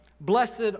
Blessed